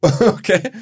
Okay